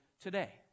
today